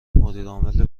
مدیرعامل